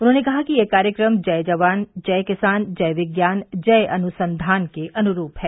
उन्होंने कहा कि यह कार्यक्रम जय जवान जय किसान जय विज्ञान जय अनुसंघान के अनुरूप है